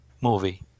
movie